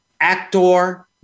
actor